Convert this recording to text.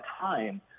time